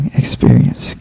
experience